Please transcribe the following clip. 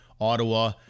Ottawa